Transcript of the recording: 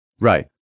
Right